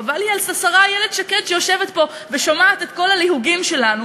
חבל לי על השרה איילת שקד שיושבת פה ושומעת את כל הליהוגים שלנו.